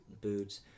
boots